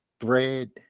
thread